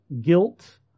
guilt